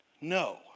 no